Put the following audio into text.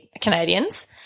Canadians